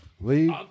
Leave